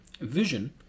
Vision